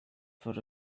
for